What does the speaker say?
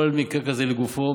כל מקרה כזה לגופו,